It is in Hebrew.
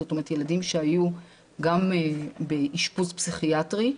זאת אומרת ילדים שהיו גם באשפוז פסיכיאטרי,